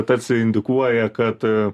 tarsi indikuoja kad